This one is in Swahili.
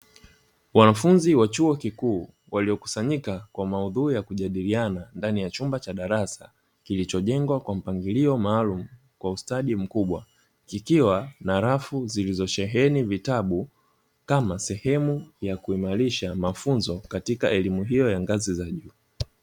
Wanafunzi wa chuo kikuu waliokusanyika kwa maudhui ya kujadiliana katika chumba cha darasa, kilichojengwa kwa mpangilio maalumu, kwa ustadi mkubwa ikiwa na rafu zilizosheheni vitabu, kama sehemu ya kuimarisha mafunzo katika elimu hiyo ya ngazi za juu.